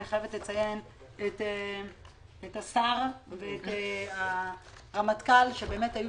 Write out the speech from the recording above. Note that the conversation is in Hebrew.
אני חייבת לציין את השר ואת הרמטכ"ל שהיו